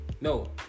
no